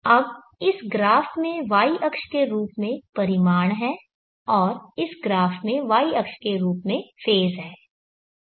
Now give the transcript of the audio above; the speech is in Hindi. अब इस ग्राफ में y अक्ष के रूप में परिमाण है और इस ग्राफ में y अक्ष के रूप में फेज़ है